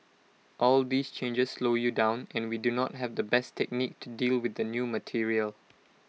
all these changes slow you down and we do not have the best technique to deal with the new material